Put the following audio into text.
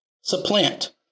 Supplant